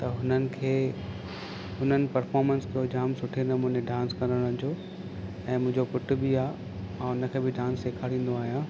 त हुननि खे हुननि परफॉर्मेंस कयो जाम सुठे नमूने डांस करण जो ऐं मुंहिंजो पुटु बि आहे मां उनखे बि डांस सेखारींदो आहियां